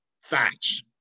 facts